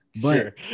sure